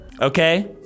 Okay